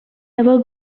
ever